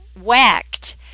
whacked